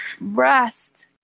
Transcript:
rest